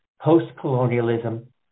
post-colonialism